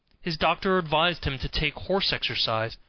his doctor advised him to take horse exercise,